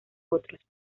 otros